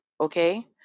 okay